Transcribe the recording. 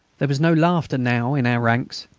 there was no laughter now in our ranks.